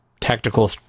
tactical